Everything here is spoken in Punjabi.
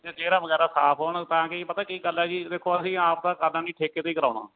ਚਿਹਰਾ ਵਗੈਰਾ ਸਾਫ ਹੋਣ ਤਾਂ ਕਿ ਪਤਾ ਕਿ ਗੱਲ ਹੈਗੀ ਦੇਖੋ ਅਸੀਂ ਆਪ ਤਾਂ ਕਰਨਾ ਨਹੀਂ ਠੇਕੇ 'ਤੇ ਹੀ ਕਰਾਉਣਾ